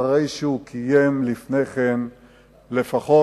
אחרי שהוא קיים לפני כן לפחות